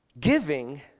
giving